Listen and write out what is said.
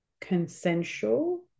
consensual